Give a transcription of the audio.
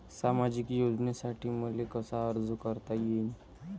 सामाजिक योजनेसाठी मले कसा अर्ज करता येईन?